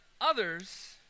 others